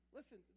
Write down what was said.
Listen